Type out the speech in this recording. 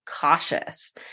cautious